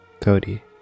Cody